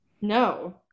No